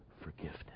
forgiveness